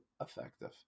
effective